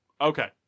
Okay